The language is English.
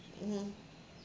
mmhmm